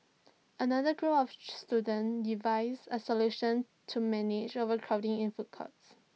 another group of students devised A solution to manage overcrowding in food courts